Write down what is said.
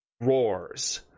roars